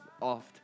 oft